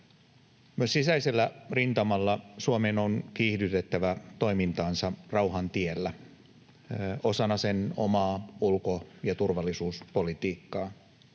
Myös sisäisellä rintamalla Suomen on kiihdytettävä toimintaansa rauhan tiellä osana sen omaa ulko- ja turvallisuuspolitiikkaa.